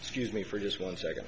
scuse me for just one second